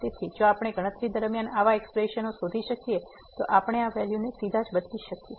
તેથી જો આપણે ગણતરી દરમિયાન આવા એક્સપ્રેશન ઓ શોધી શકીએ તો આપણે આ વેલ્યુ ને સીધા જ બદલી શકીએ